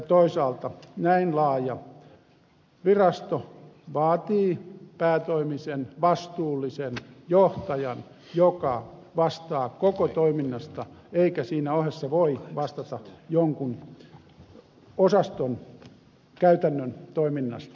toisaalta näin laaja virasto vaatii päätoimisen vastuullisen johtajan joka vastaa koko toiminnasta eikä siinä ohessa voi vastata jonkun osaston käytännön toiminnasta